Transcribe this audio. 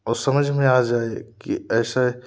और समझ में आ जाए कि ऐसा